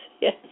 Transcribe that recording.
yes